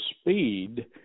speed